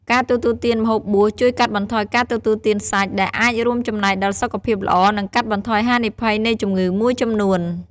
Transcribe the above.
ការទទួលទានម្ហូបបួសជួយកាត់បន្ថយការទទួលទានសាច់ ដែលអាចរួមចំណែកដល់សុខភាពល្អ និងកាត់បន្ថយហានិភ័យនៃជំងឺមួយចំនួន។